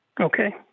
Okay